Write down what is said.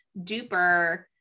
Duper